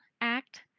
act